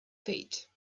fate